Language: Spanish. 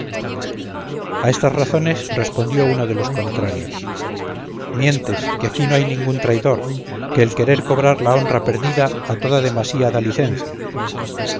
a estas razones respondió uno de los contrarios mientes que aquí no hay ningún traidor que el querer cobrar la honra perdida a toda demasía da licencia